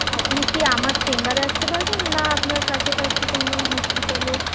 আপনি কি আমার চেম্বারে আসতে পারবেন না আপনার কাছাকাছি কোনও হসপিটালে